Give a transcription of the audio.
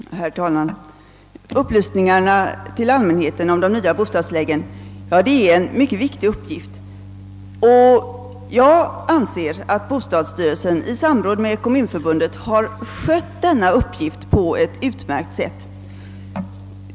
Herr talman! Upplysningarna till allmänheten om de nya bostadstilläggen är en mycket viktig uppgift, och jag anser att bostadsstyrelsen i samråd med Kommunförbundet har skött denna uppgift på ett utmärkt sätt.